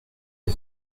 est